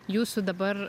jūsų dabar